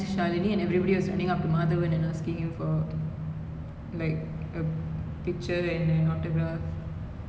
okay so we while we are talking about sequels right I think actually I think there is one good movie which is an interesting one